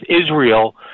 Israel